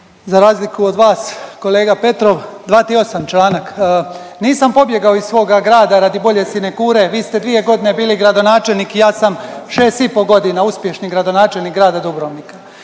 Za razliku od vas kolega Petrov, 238. članak, nisam pobjegao iz svoga grada radi bolje sinekure, vi ste 2.g. bili gradonačelnik i ja sam 6 i po godina uspješni gradonačelnik grada Dubrovnika.